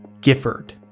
Gifford